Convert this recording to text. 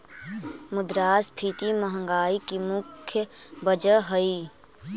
मुद्रास्फीति महंगाई की मुख्य वजह हई